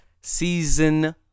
Season